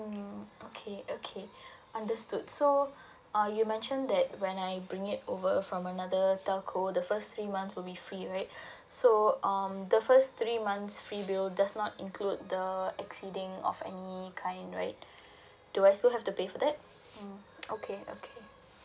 mm okay okay understood so uh you mentioned that when I bring it over from another telco the first three months will be free right so um the first three months free bill does not include the uh exceeding of any kind right do I still have to pay for that um okay okay